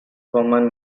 common